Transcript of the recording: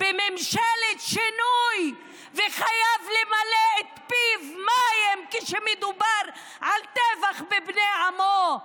בממשלת שינוי וחייב למלא את פיו מים כשמדובר על טבח בבני עמו.